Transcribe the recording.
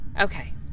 Okay